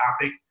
topic